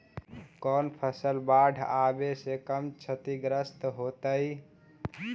कौन फसल बाढ़ आवे से कम छतिग्रस्त होतइ?